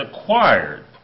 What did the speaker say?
acquired